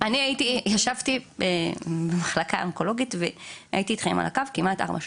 אני ישבתי במחלקה אונקולוגית והייתי אתכם על הקו כמעט ארבע שעות.